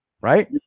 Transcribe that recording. Right